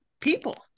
people